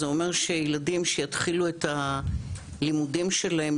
זה אומר שילדים שיתחילו את הלימודים שלהם,